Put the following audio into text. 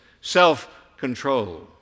self-control